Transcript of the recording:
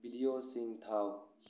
ꯚꯤꯗꯤꯌꯣꯁꯤꯡ ꯊꯥꯎ